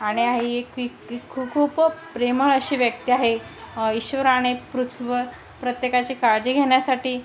आणि हे एक खू खूप प्रेमळ अशी व्यक्ती आहे ईश्वर पृ्व प्रत्येकाची काळजी घेन्यासाटी